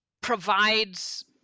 provides